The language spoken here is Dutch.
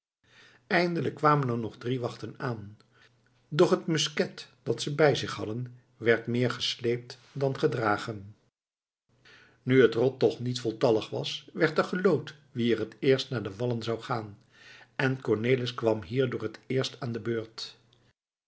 eindelijk kwamen er nog drie wachten aan doch het musket dat ze bij zich hadden werd meer gesleept dan gedragen nu het rot toch niet voltallig was werd er geloot wie er het eerst naar de wallen zou gaan en cornelis kwam hierdoor het eerst aan de beurt